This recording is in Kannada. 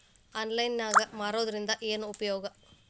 ಆನ್ಲೈನ್ ನಾಗ್ ಮಾರೋದ್ರಿಂದ ಏನು ಉಪಯೋಗ?